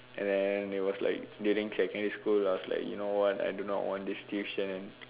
and then it was like during secondary school I was like you know what I don't want this tuition